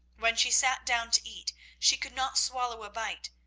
when she sat down to eat she could not swallow a bite,